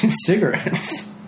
cigarettes